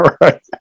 right